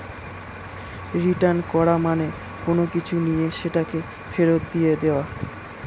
return করা মানে কোনো কিছু নিয়ে সেটাকে ফেরত দিয়ে দেওয়া